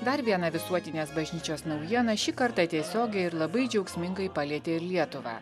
dar viena visuotinės bažnyčios naujiena šį kartą tiesiogiai ir labai džiaugsmingai palietė lietuvą